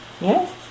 Yes